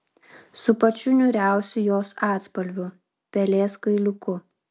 su pačiu niūriausiu jos atspalviu pelės kailiuku